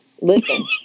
Listen